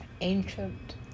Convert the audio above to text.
Ancient